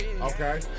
Okay